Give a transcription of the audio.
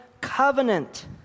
covenant